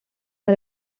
are